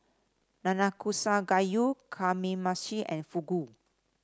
Nanakusa Gayu Kamameshi and Fugu